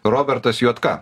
robertas juodka